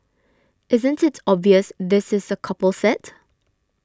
isn't it obvious this is a couple set